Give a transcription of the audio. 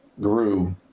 grew